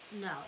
No